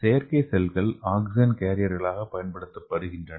செயற்கை செல்கள் ஆக்ஸிஜன் கேரியர்களாகப் பயன்படுத்தப்படுகின்றன